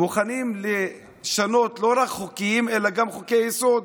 מוכנים לשנות לא רק חוקים אלא גם חוקי-היסוד.